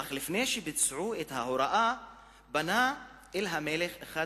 אך לפני שביצעו את ההוראה פנה אל המלך אחד